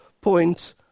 point